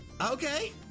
okay